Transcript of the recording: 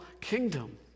kingdom